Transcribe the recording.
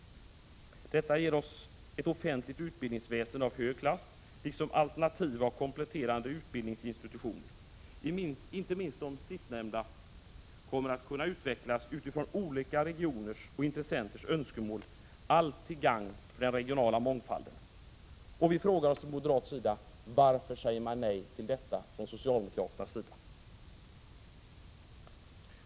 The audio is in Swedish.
Detta ger oss ett offentligt utbildningsväsende av hög klass, liksom alternativa och kompletterande utbildningsinstitutioner. Inte minst de sistnämnda kommer att kunna utvecklas utifrån olika regioners och intressenters önskemål — allt till gagn för den regionala mångfalden. Vi frågar oss från moderat sida: Varför säger socialdemokraterna nej till detta?